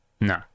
No